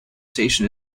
station